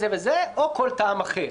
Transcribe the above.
זה וזה או כל טעם אחר,